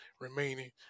remaining